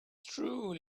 true